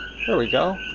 so we go.